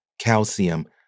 Calcium